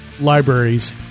libraries